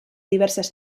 diversas